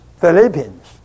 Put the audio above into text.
Philippians